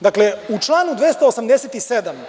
Dakle, u članu 287.